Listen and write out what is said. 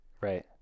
Right